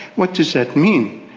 what does that mean?